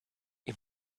you